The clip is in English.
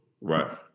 Right